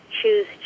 choose